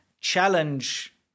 challenge